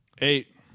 Eight